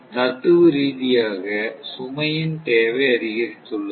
தத்துவரீதியாக சுமையின் தேவை அதிகரித்துள்ளது